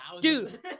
dude